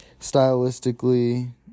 stylistically